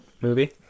movie